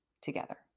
together